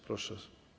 Proszę.